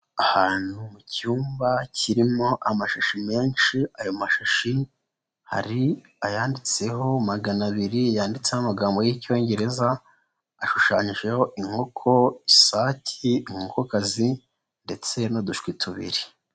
Ahantu mu cyumba kirimo amashashi menshi ayo mashashi hari ayanditseho magana abiri yanditseho amagambo y'icyongereza, ashushanyijeho inkoko isake, inkokokazi ndetse n'udushwi tubiri.